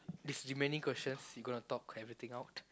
this remaining questions you gonna talk everything out